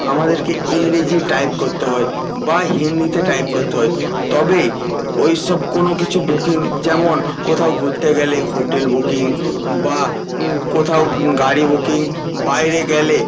আমাদেরকে ইংরেজি টাইপ করতে হয় বা হিন্দিতে টাইপ করতে হয় তবে ওই সব কোনো কিছু বুকিং যেমন কোথাও ঘুরতে গেলে হোটেল বুকিং বা কোথাও গাড়ি বুকিং বাইরে গেলে